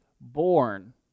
born